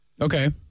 Okay